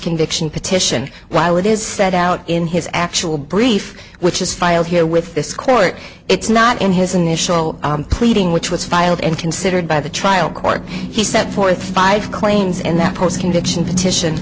conviction petition while it is set out in his actual brief which is filed here with this court it's not in his initial i'm pleading which was filed and considered by the trial court he set forth five claims and that post conviction petition